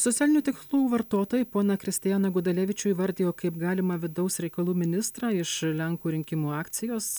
socialinių tikslų vartotojai poną kristijaną gudalevičių įvardijo kaip galimą vidaus reikalų ministrą iš lenkų rinkimų akcijos